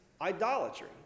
idolatry